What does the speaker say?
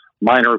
minor